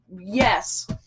Yes